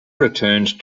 returned